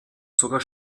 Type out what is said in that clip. sogar